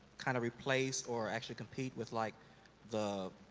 kinda replace or actually compete with like the,